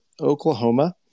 Oklahoma